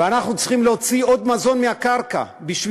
ואנחנו צריכים להוציא עוד מזון מהקרקע בשביל